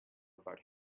about